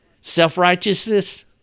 self-righteousness